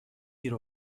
گیر